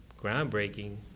groundbreaking